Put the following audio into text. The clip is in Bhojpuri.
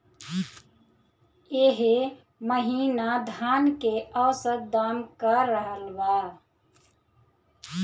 एह महीना धान के औसत दाम का रहल बा?